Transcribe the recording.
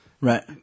Right